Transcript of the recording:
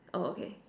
oh okay